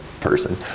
person